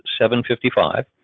755